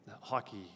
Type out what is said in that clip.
hockey